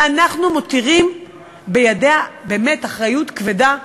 ואנחנו מותירים בידיה באמת אחריות כבדה.